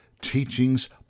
teachings